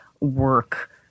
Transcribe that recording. work